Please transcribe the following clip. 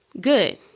good